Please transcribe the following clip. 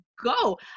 go